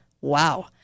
Wow